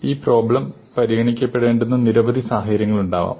ഈ പ്രോബ്ലം പരിഗണിക്കപ്പെടേണ്ടുന്ന നിരവധി സാഹചര്യങ്ങളുണ്ടാകാം